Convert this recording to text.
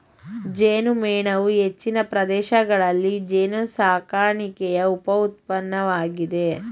ಜೇನುಮೇಣವು ಹೆಚ್ಚಿನ ಪ್ರದೇಶಗಳಲ್ಲಿ ಜೇನುಸಾಕಣೆಯ ಉಪ ಉತ್ಪನ್ನವಾಗಿದೆ